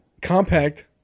compact